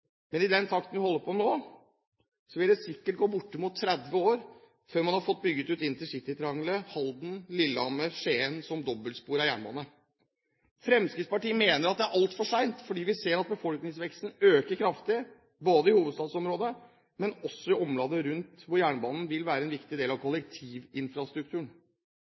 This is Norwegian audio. men i den takten man holder på nå, vil det sikkert gå bortimot 30 år før man har fått bygget ut intercitytriangelet Halden–Lillehammer–Skien som dobbeltsporet jernbane. Fremskrittspartiet mener dette er altfor sent, fordi vi ser at befolkningsveksten øker kraftig både i hovedstadsområdet og i omlandet rundt, hvor jernbanen vil være en viktig del av kollektivinfrastrukturen.